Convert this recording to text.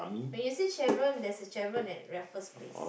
when you say Chevron there's a Chevron at Raffles-Place